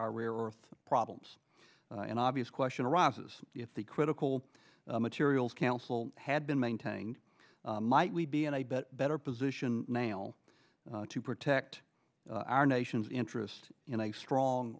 our rare earth problems an obvious question arises if the critical materials council had been maintained might we be and i'd bet better position nail to protect our nation's interest in a strong